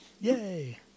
Yay